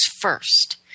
first